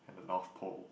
at the North Pole